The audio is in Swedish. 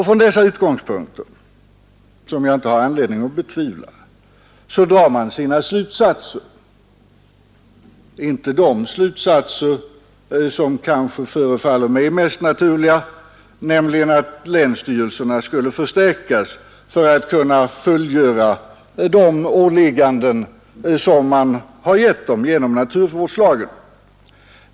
Från dessa utgångspunkter, som jag inte har anledning att betvivla, drar man sina slutsatser — inte de slutsatser som förefaller mig mest naturliga, nämligen att länsstyrelserna skulle förstärkas för att kunna fullgöra de åligganden de fått genom naturvårdslagen.